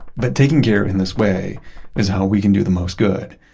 but taking care in this way is how we can do the most good.